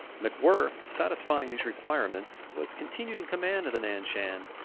macwhirr satisfying these requirements, was continued in command of the nan-shan,